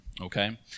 Okay